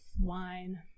wine